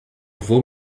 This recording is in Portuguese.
vou